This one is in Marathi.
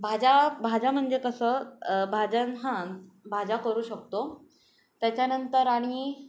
भाज्या भाज्या म्हणजे कसं भाज्यां हां भाज्या करू शकतो त्याच्यानंतर आणि